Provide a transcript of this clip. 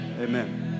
amen